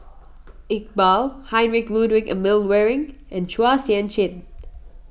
Iqbal Heinrich Ludwig Emil Luering and Chua Sian Chin